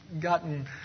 gotten